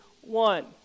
one